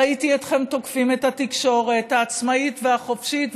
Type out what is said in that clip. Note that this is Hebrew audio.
ראיתי אתכם תוקפים את התקשורת העצמאית והחופשית,